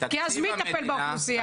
כי אז מי יטפל באוכלוסייה?